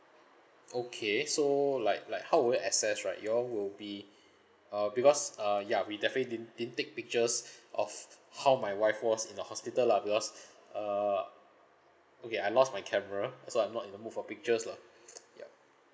okay so like like how would you access right you all will be uh because uh ya we definitely didn't didn't take pictures of how my wife was in the hospital lah because err okay I lost my camera that's why I'm not in the mood for pictures lah yup